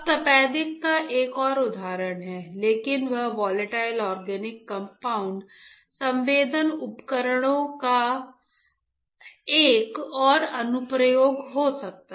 अब तपेदिक का एक और उदाहरण है लेकिन यह वोलेटाइल ऑर्गेनिक कंपाउंड संवेदन उपकरणों का एक और अनुप्रयोग हो सकता है